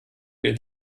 ihr